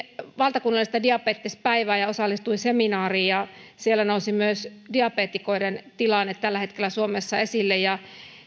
valtakunnallista diabetespäivää osallistuin seminaariin ja siellä nousi myös diabeetikoiden tilanne tällä hetkellä suomessa esille